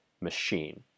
machine